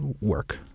work